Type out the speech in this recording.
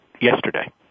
yesterday